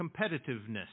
competitiveness